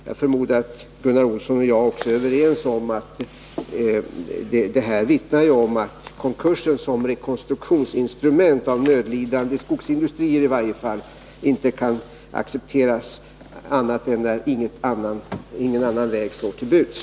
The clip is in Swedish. Jag förmodar att Gunnar Olsson och jag är överens om att konkursen som rekonstruktionsinstrument för nödlidande skogsindustrier inte kan accepteras annat än när ingen annan utväg finns.